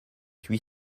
huit